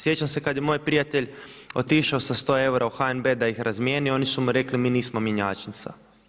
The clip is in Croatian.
Sjećam se kad je moj prijatelj otišao sa 100 eura u HNB da ih razmijeni, oni mu rekli mi nismo mjenjačnica.